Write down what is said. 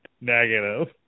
Negative